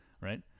Right